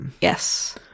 yes